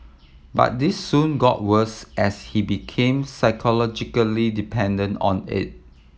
but this soon got worse as he became psychologically dependent on it